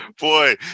boy